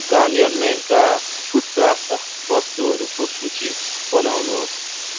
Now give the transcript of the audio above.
Garnier मेनका छुट प्राप्त वस्तुहरूको सूची बनाउनुहोस्